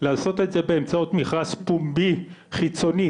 לעשות את זה באמצעות מכרז פומבי חיצוני,